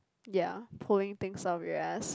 ya pulling things out of your ass